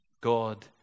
God